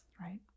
right